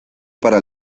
para